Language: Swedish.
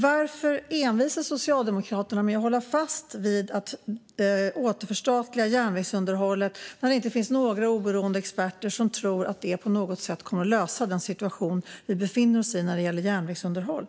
Varför håller Socialdemokraterna så envist fast vid att järnvägsunderhållet ska återförstatligas när det inte finns några oberoende experter som tror att det på något sätt kommer att lösa den situation vi befinner oss i när det gäller järnvägsunderhållet?